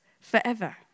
forever